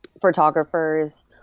photographers